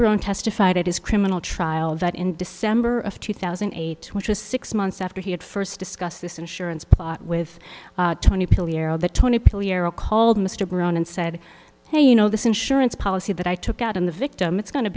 brown testified at his criminal trial that in december of two thousand and eight which was six months after he had first discussed this insurance plot with the twenty year old called mr brown and said hey you know this insurance policy that i took out in the victim it's go